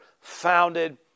founded